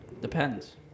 Depends